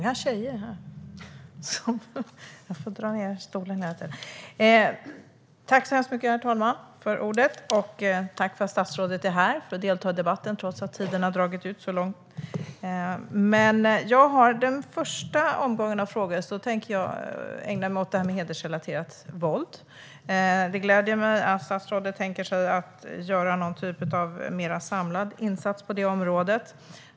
Herr talman! Tack för att statsrådet är här för att delta i debatten, trots att den har dragit ut så långt på tiden. Till att börja med tänker jag ägna mig åt frågan om hedersrelaterat våld. Det gläder mig att statsrådet tänker göra en mer samlad insats på det området.